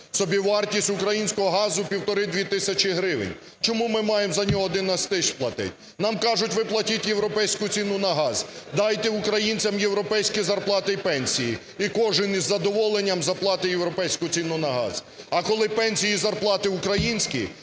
Собівартість українського газу 1,5-2 тисячі гривень. Чому ми маємо за нього 11 тисяч платить? Нам кажуть: ви платіть європейську ціну на газ. Дайте українцям європейські зарплати і пенсії і кожен із задоволенням заплатить європейську ціну на газ. А коли пенсії і зарплати – українські,